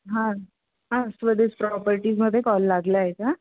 हां हां स्वदेस् प्रॉपर्टीजमध्ये कॉल लागला आहे का